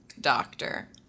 doctor